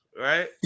right